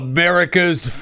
America's